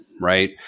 right